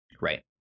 Right